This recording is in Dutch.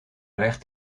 recht